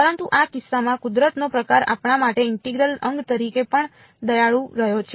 પરંતુ આ કિસ્સામાં કુદરતનો પ્રકાર આપણા માટે ઇન્ટિગ્રલ અંગ તરીકે પણ દયાળુ રહ્યો છે